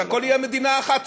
שהכול יהיה מדינה אחת,